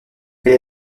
elle